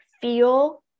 feel